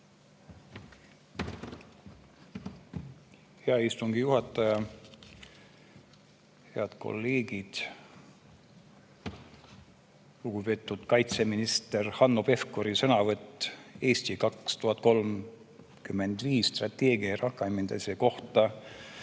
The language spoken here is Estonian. Hea istungi juhataja! Head kolleegid! Lugupeetud kaitseministri Hanno Pevkuri sõnavõtt "Eesti 2035" strateegia rakendamise kohta